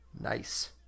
nice